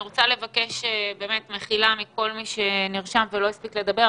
אני רוצה לבקש באמת מחילה מכל מי שנרשם ולא הספיק לדבר,